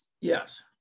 Yes